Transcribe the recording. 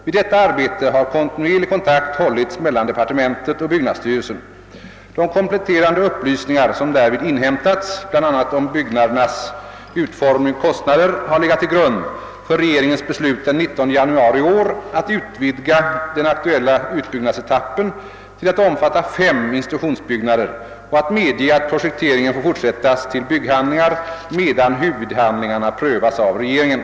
Vid detta arbete har kontinuerlig kontakt hållits mellan departementet och byggnadsstyrelsen. De kompletterande upplysningar som därvid inhämtats, bland annat om byggnadernas utformning och kostnader, har legat till grund för regeringens beslut den 19 januari i år att utvidga den ak tuella utbyggnadsetappen till att omfatta fem institutionsbyggnader och att medge att projekteringen får fortsättas till bygghandlingar medan huvudhandlingarna prövas av regeringen.